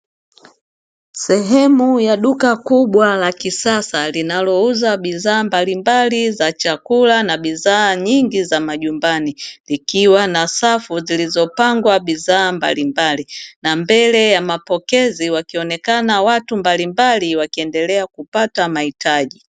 Sehemu ya duka kubwa la kisasa linalouza bidhaa mbalimbali za chakula na bidhaa nyingi za majumbani, ikiwa na safu zilizopangwa bidhaa mbalimbali na mbele ya mapokezi wakionekana watu mbalimbali wakiendelea kupata mahitaji.